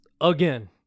again